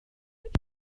which